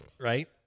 Right